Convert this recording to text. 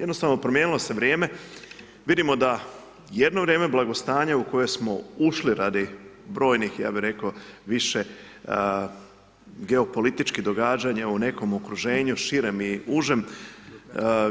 Jednostavno promijenilo se vrijeme, vidimo da jedno vrijeme blagostanja u koje smo ušli radi brojnih ja bi rekao, više geopolitičkih događanja u nekom okruženju širem i užem,